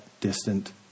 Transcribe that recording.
distant